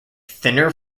thinner